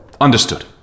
Understood